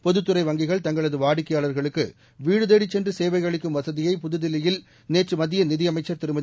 பொதுத்துறை வங்கிகள் தங்களது வாடிக்கையாளர்களுக்கு வீடு தேடிச் சென்று சேவை அளிக்கும் வசதியை புதுதில்லியில் நேற்று மத்திய நிதியமைச்சர் திருமதி